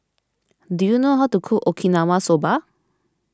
do you know how to cook Okinawa Soba